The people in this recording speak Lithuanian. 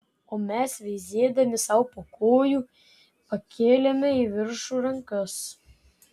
o mes veizėdami sau po kojų pakėlėme į viršų rankas